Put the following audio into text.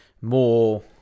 more